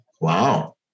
wow